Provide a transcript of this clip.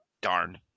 Darn